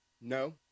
No